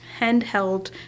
handheld